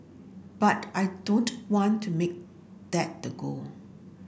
but I don't want to make that the goal